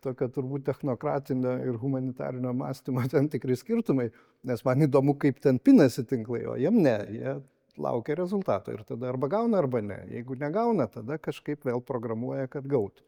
tokio turbūt technokratinio ir humanitarinio mąstymo tam tikri skirtumai nes man įdomu kaip ten pinasi tinklai o jiem ne jie laukia rezultato ir tada arba gauna arba ne jeigu negauna tada kažkaip vėl programuoja kad gautų